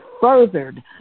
furthered